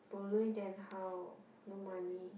bo lui then how no money